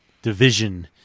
division